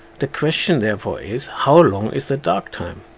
the question therefore is, how long is the dark time?